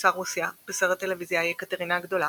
קיסר רוסיה בסרט טלוויזיה "יקטרינה הגדולה"